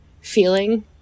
feeling